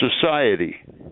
Society